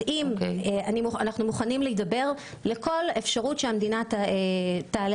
אנחנו מוכנים לשמוע כל אפשרות שהמדינה תעלה